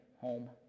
home